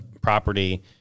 property